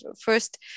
first